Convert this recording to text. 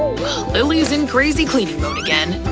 woah, lilly's in crazy cleaning mode again.